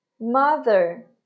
mother